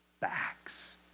backs